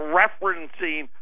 referencing